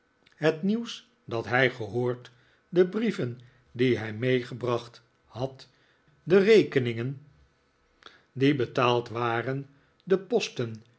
het nieuws dat hij gehoord de brieven die hij meegebracht had de rekeningen die betaald waren de posten